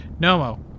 Nomo